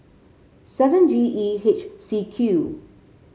seven G E H C Q